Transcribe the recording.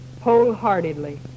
wholeheartedly